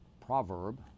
proverb